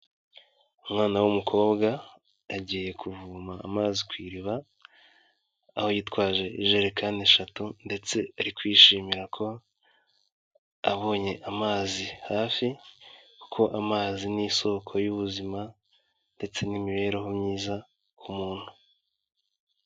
Umwana w'umukobwa agiye kuvoma amazi ku iriba, aho yitwaje ijerekani eshatu ndetse ari kwishimira ko abonye amazi hafi, kuko amazi ni isoko y'ubuzima ndetse n'imibereho myiza ku muntu.